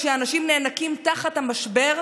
כשאנשים נאנקים תחת המשבר,